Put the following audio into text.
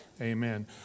Amen